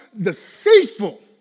deceitful